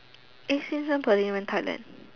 eh since when Pearlyn went Thailand